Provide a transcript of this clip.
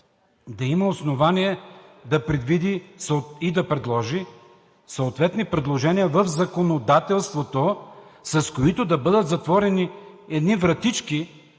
да има основание да предвиди и да предложи съответни предложения в законодателството, с които да бъдат затворени едни вратички,